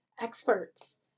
experts